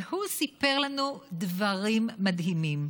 והוא סיפר לנו דברים מדהימים.